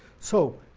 so